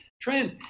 trend